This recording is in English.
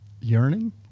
yearning